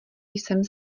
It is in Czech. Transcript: jsem